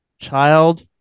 child